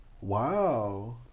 Wow